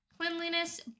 Cleanliness